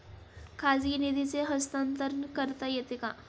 खाजगी निधीचे हस्तांतरण करता येते का?